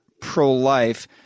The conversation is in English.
pro-life